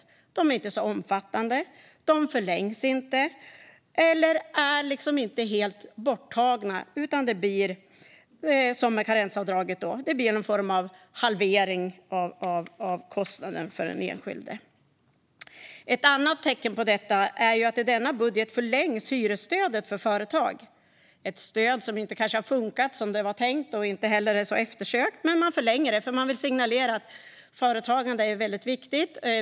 Åtgärderna är inte så omfattande eller förlängs inte, eller så tas kostnaden inte bort helt, som med karensavdraget - det kan vara fråga om en halvering av kostnaden för den enskilde. Ett annat tecken på detta är att hyresstödet för företag förlängs i denna budget. Det är ett stöd som kanske inte har funkat som det var tänkt och inte heller är så eftersökt. Men man förlänger det, för man vill signalera att företagande är väldigt viktigt.